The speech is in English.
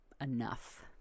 enough